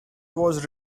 was